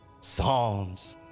psalms